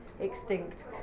extinct